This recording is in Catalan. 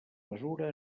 mesura